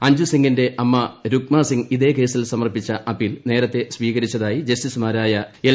അഞ്ജുസിംഗിന്റെ അമ്മ രുക്മസിംഗ് ഇതേ കേസിൽ സ്മർപ്പിച്ച അപ്പീൽ നേരത്തെ സ്വീകരിച്ചതായി ജസ്റ്റിസുമാർ ്യ എൽ